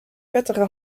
vettige